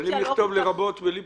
אבל מה אם נכתוב "לרבות" בלי פירוט?